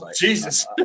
jesus